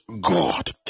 god